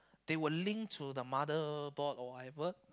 they will link to the mother board or whatever